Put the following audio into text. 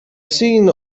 seen